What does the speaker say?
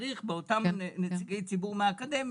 צריך שיחד עם אותם נציגי ציבור מהאקדמיה